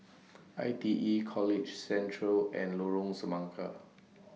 I T E College Central and Lorong Semangka